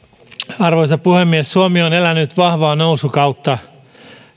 arvoisa puhemies suomi on elänyt vahvaa nousukautta